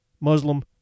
Muslim